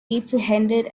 apprehended